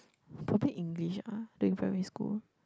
proper English ah during primary school